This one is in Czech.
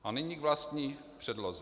A nyní k vlastní předloze.